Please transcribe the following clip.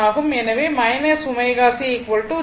எனவே ω C jω C ஆகும்